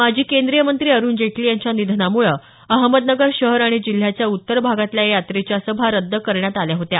माजी केंद्रीय मंत्री अरुण जेटली यांच्या निधनामुळं अहमदनगर शहर आणि जिल्ह्याच्या उत्तर भागातल्या या यात्रेच्या सभा रद्द करण्यात आल्या होत्या